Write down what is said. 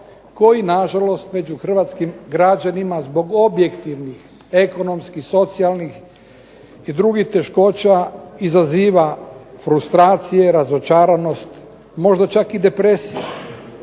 koji nažalost među hrvatskim građanima zbog objektivnih, ekonomskih, socijalnih i drugih teškoća izaziva frustracije, razočaranost možda čak i depresiju.